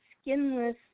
skinless